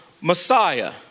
messiah